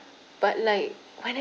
but like when I